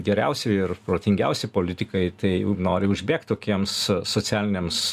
geriausi ir protingiausi politikai tai nori užbėgt tokiems socialinėms